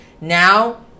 Now